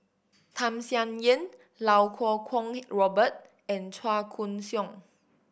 Tham Sien Yen Iau Kuo Kwong Robert and Chua Koon Siong